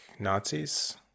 Nazis